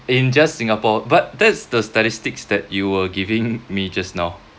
in just singapore but that's the statistics that you were giving me just now